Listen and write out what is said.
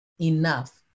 enough